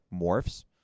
morphs